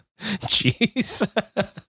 Jeez